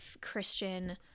Christian